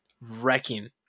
wrecking